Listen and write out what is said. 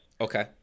Okay